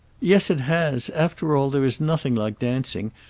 yes it has. after all there is nothing like dancing,